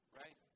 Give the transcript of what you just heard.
right